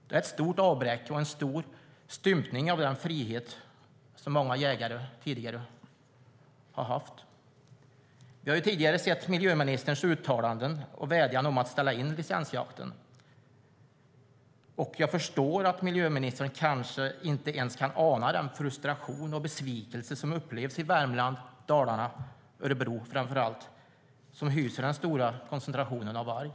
Det är ett stort avbräck och en stor stympning av den frihet som många jägare tidigare har haft. Vi har tidigare sett miljöministerns uttalanden och vädjan om att ställa in licensjakten. Jag förstår att miljöministern kanske inte ens kan ana den frustration och besvikelse som upplevs i framför allt Värmland, Dalarna och Örebro som hyser den stora koncentrationen av varg.